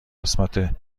قسمت